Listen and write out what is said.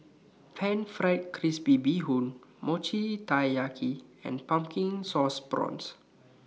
Pan Fried Crispy Bee Hoon Mochi Taiyaki and Pumpkin Sauce Prawns